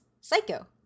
Psycho